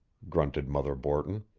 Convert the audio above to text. grunted mother borton.